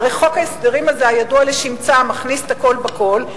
הרי חוק ההסדרים הזה הידוע לשמצה מכניס את הכול בכול,